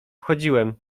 wchodziłem